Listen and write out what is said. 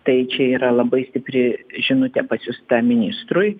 tai čia yra labai stipri žinutė pasiųsta ministrui